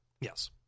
yes